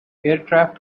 aircraft